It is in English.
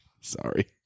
Sorry